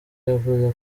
yavuze